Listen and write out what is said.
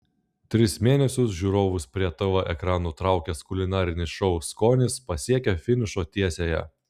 tris mėnesius žiūrovus prie tv ekranų traukęs kulinarinis šou skonis pasiekė finišo tiesiąją